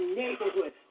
neighborhood